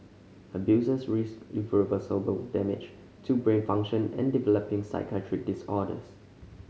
abusers risked irreversible damage to brain function and developing psychiatric disorders